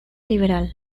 liberal